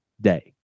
day